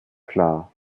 klar